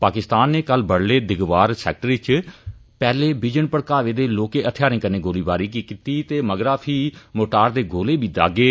पाकिस्तान नै कल बड्डलै दिगवार सैक्टर च पैह्ले बिजन भड़कावे दे लौह्के थेहारें कन्नै गोलीबारी कीती ते मगरा फ्ही मोर्टार दे गोले बी दागे